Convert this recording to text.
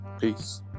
Peace